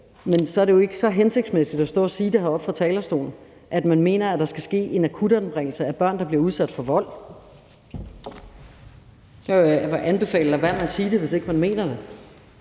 men så er det jo ikke så hensigtsmæssigt at stå og sige heroppe fra talerstolen, at man mener, at der skal ske en akutanbringelse af børn, der bliver udsat for vold. Jeg vil anbefale at lade være med at sige det, hvis ikke man mener det.